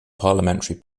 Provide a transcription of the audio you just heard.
parliamentary